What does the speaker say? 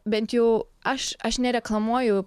bent jau aš aš nereklamuoju